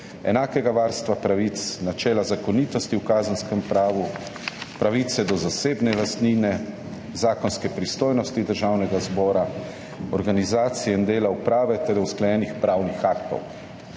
enakega varstva pravic, načela zakonitosti v kazenskem pravu, pravice do zasebne lastnine, zakonske pristojnosti Državnega zbora, organizacije in dela uprave ter usklajenih pravnih aktov.